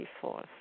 force